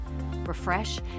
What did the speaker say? Refresh